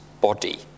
body